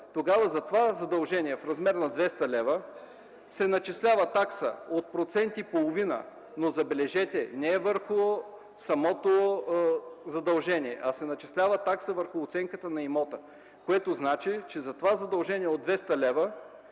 тогава за това задължение в размер на 200 лв. се начислява такса от 1,5%, но, забележете, не върху самото задължение, а се начислява такса върху оценката на имота, което значи, че за това задължение от 200 лв.